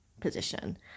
position